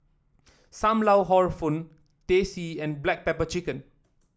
Sam Lau Hor Fun Teh C and Black Pepper Chicken